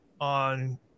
on